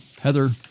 Heather